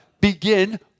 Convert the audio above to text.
begin